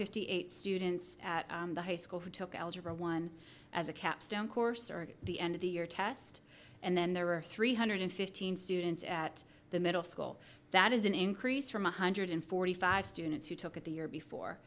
fifty eight students at the high school who took algebra one as a capstone course or at the end of the year test and then there were three hundred fifteen students at the middle school that is an increase from one hundred forty five students who took at the year before